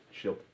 Shield